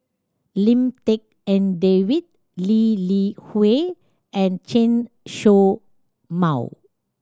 Lim Tik En David Lee Li Hui and Chen Show Mao